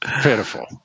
pitiful